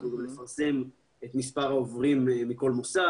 אנחנו גם נפרסם את מספר העוברים בכל מוסד.